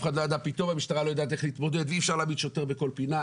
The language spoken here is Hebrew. פתאום המשטרה לא יודעת איך להתמודד ואי אפשר להעמיד שוטר בכל פינה.